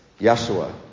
Yeshua